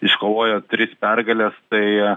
iškovojo tris pergales tai